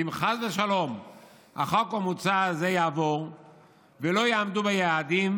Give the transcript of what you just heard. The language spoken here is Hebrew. ואם חס ושלום החוק המוצע הזה יעבור ולא יעמדו ביעדים,